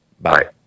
Bye